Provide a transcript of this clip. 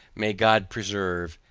may god preserve,